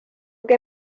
que